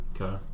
Okay